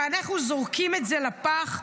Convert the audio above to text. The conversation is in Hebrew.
ואנחנו זורקים את זה לפח,